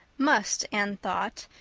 must, anne thought,